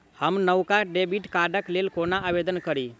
हम नवका डेबिट कार्डक लेल कोना आवेदन करी?